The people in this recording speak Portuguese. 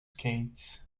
quentes